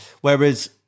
Whereas